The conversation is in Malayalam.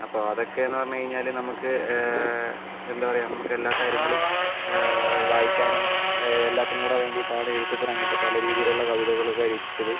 അപ്പോൾ അതൊക്കെയെന്ന് പറഞ്ഞു കഴിഞ്ഞാൽ നമുക്ക് എന്താ പറയുക നമുക്കെല്ലാ കാര്യങ്ങളും വായിക്കാനും എല്ലാറ്റിനും കൂടി വേണ്ടിയിട്ടാണ് എഴുത്തച്ഛനങ്ങനത്തെ പല രീതിയിലുള്ള കവിതകളൊക്കെ രചിച്ചത്